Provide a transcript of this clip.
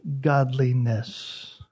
godliness